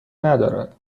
ندارد